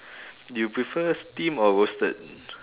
you prefer steam or roasted